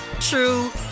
true